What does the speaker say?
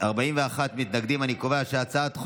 41 נגד, אין נמנעים.